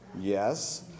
Yes